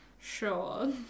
Sure